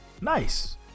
nice